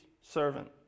servant